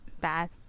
bad